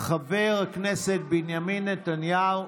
חבר הכנסת בנימין נתניהו,